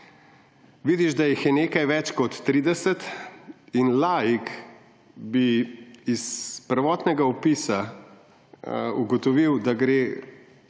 vidiš, da jih je nekaj več kot 30 in laik bi iz prvotnega opisa ugotovil, da gre